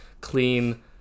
clean